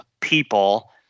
people